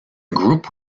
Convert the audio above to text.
group